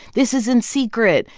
this is in secret.